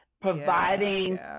providing